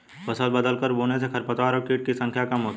फसल बदलकर बोने से खरपतवार और कीट की संख्या कम होती है